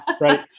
right